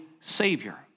Savior